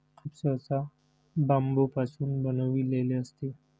soup सहसा बांबूपासून बनविलेले असते